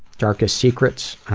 darkest secrets?